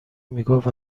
میگفت